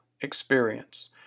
experience